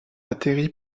atterri